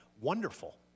Wonderful